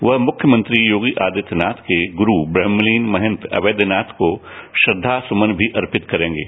वह मुख्यमंत्री योगी आदित्यनाथ के गुरू ब्रम्हलीन महन्त अवैदनाथ को श्रद्धा सुमन भी अर्पित करेंगे